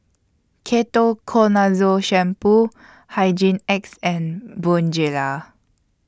Ketoconazole Shampoo Hygin X and Bonjela